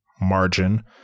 margin